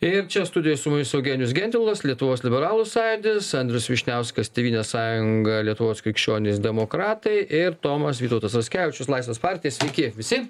ir čia studijoj su mumis eugenijus gentvilas lietuvos liberalų sąjūdis andrius vyšniauskas tėvynės sąjunga lietuvos krikščionys demokratai ir tomas vytautas raskevičius laisvės partijos sveiki visi